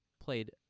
Played